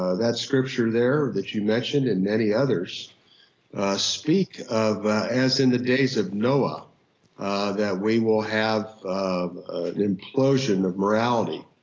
ah that scripture there that you mentioned and many others speak of as in the days of noah that we will have an implosion of morality,